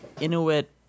Inuit